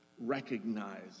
recognize